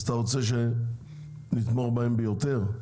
אז אתה רוצה שנתמוך בהם ביותר?